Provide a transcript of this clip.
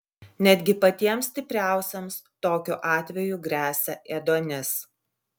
netgi patiems stipriausiems tokiu atveju gresia ėduonis